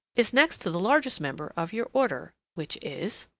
is next to the largest member of your order, which is?